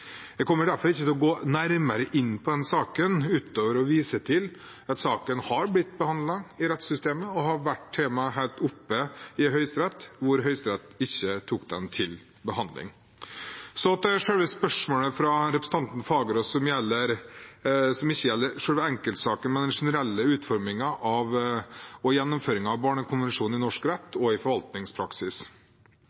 Jeg kommer derfor ikke til å gå nærmere inn på den saken, utover å vise til at saken har blitt behandlet i rettssystemet og har vært tema helt oppe i Høyesterett, der Høyesterett ikke tok den til behandling. Så til selve spørsmålet fra representanten Fagerås, som ikke gjelder selve enkeltsaken, men den generelle utformingen og gjennomføringen av barnekonvensjonen i norsk rett